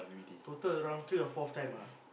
total around three or fourth time ah